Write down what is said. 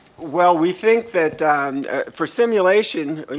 well, we think that for simulation,